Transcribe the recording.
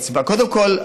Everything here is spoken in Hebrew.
קודם כול,